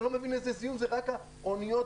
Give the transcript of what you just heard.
רק האוניות